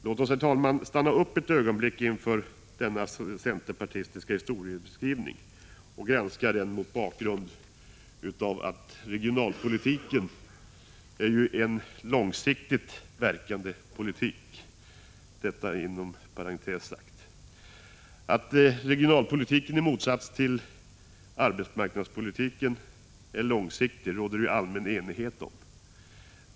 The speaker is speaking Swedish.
Låt oss, herr talman, stanna upp ett ögonblick inför denna centerpartistiska historieskrivning och granska den mot bakgrund av att regionalpolitiken är en långsiktigt verkande politik — att regionalpolitiken i motsats till arbetsmarknadspolitiken främst är långsiktig råder det ju allmän enighet om.